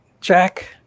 Jack